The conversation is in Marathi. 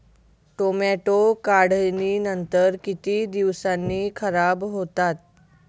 टोमॅटो काढणीनंतर किती दिवसांनी खराब होतात?